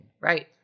Right